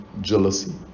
jealousy